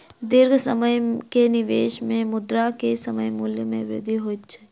दीर्घ समय के निवेश में मुद्रा के समय मूल्य में वृद्धि होइत अछि